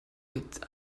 mit